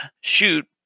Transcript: shoot